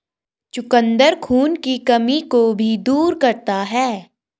चुकंदर खून की कमी को भी दूर करता है